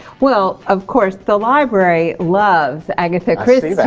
well of course the library loves agatha christie. like